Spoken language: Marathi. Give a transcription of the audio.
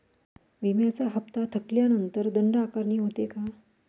विम्याचा हफ्ता थकल्यानंतर दंड आकारणी होते का?